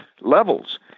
levels